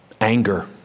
Anger